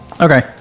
Okay